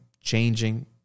changing